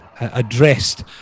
addressed